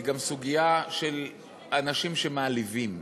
היא גם סוגיה של אנשים שמעליבים.